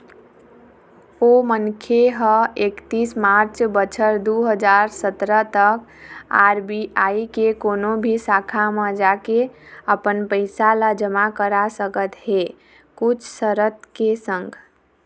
ओ मनखे ह एकतीस मार्च बछर दू हजार सतरा तक आर.बी.आई के कोनो भी शाखा म जाके अपन पइसा ल जमा करा सकत हे कुछ सरत के संग